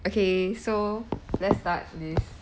okay so let's start this